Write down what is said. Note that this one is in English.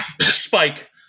Spike